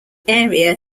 area